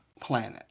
planet